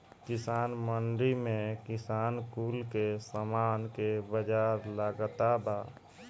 किसान मंडी में किसान कुल के सामान के बाजार लागता बा